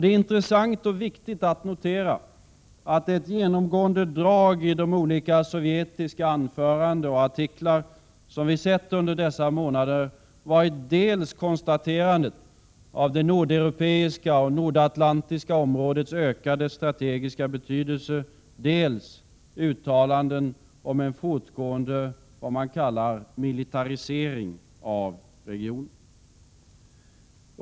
Det är intressant och viktigt att notera, att ett genomgående drag i de olika sovjetiska anföranden och artiklar som vi sett under dessa månader varit dels konstaterandet av det nordeuropeiska och nordatlantiska områdets ökade strategiska betydelse, dels uttalanden om en fortgående ”militarisering” av regionen.